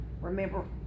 remember